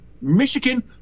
Michigan